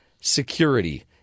security